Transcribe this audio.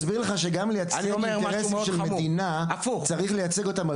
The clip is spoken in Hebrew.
אני מסביר לך שגם לייצג אינטרסים של מדינה צריך לייצג אותה על